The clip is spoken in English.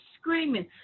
screaming